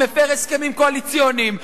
מפר הסכמים קואליציוניים,